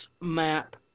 map